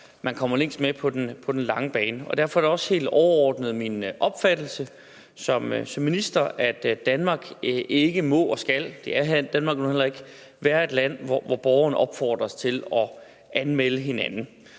man kommer længst med på den lange bane. Det er derfor også helt overordnet min opfattelse som minister, at Danmark ikke må og ikke skal – det er Danmark nu heller ikke – være et land, hvor borgerne opfordres til at anmelde hinanden.